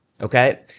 Okay